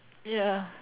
ya